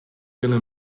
gonna